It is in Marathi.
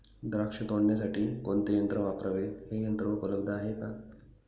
द्राक्ष तोडण्यासाठी कोणते यंत्र वापरावे? हे यंत्र उपलब्ध आहे का?